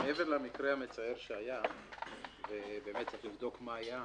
מעבר למקרה המצער שהיה וצריך לבדוק מה היה,